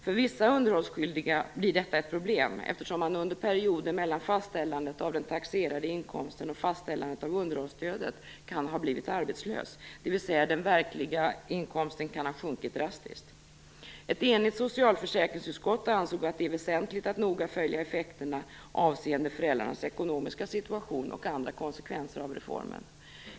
För vissa underhållsskyldiga blir detta ett problem, eftersom man under perioden mellan fastställandet av den taxerade inkomsten och fastställandet av underhållsstödet kan ha blivit arbetslös, dvs. den verkliga inkomsten kan ha sjunkit drastiskt. Ett enigt socialförsäkringsutskott ansåg att det är väsentligt att noga följa effekterna avseende föräldrarnas ekonomiska situation och andra konsekvenser av reformen.